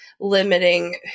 limiting